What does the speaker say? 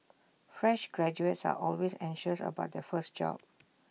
fresh graduates are always anxious about their first job